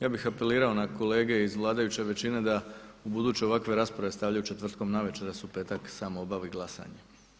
Ja bih apelirao na kolege iz vladajuće većine da ubuduće ovakve rasprave stavljaju četvrtkom navečer da se u petak samo obavi glasanje.